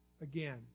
again